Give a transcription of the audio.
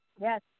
Yes